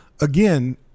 again